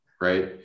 right